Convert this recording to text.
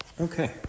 Okay